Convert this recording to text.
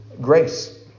grace